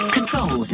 Control